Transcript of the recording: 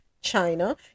China